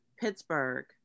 Pittsburgh